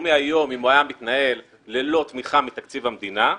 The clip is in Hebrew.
לאומי היה מתנהל ללא תמיכה מתקציב המדינה,